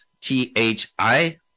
T-H-I-